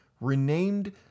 renamed